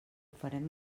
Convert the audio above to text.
farem